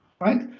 Right